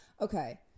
Okay